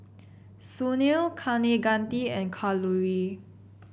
Sunil Kaneganti and Kalluri